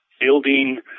building